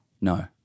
No